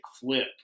flip